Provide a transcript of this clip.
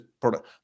product